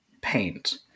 Paint